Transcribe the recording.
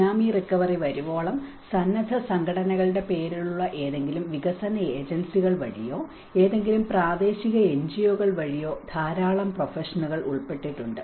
tsunami recovery വരുവോളം സന്നദ്ധ സംഘടനകളുടെ പേരിലുള്ള ഏതെങ്കിലും വികസന ഏജൻസികൾ വഴിയോ ഏതെങ്കിലും പ്രാദേശിക എൻജിഒകൾ വഴിയോ ധാരാളം പ്രൊഫഷണലുകൾ ഉൾപ്പെട്ടിട്ടുണ്ട്